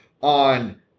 on